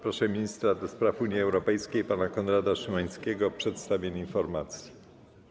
Proszę ministra do spraw Unii Europejskiej pana Konrada Szymańskiego o przedstawienie informacji.